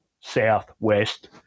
southwest